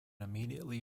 immediately